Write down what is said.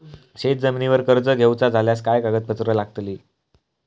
शेत जमिनीवर कर्ज घेऊचा झाल्यास काय कागदपत्र लागतली?